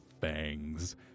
fangs